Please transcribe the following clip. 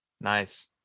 Nice